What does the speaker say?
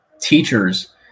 teachers